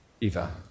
Eva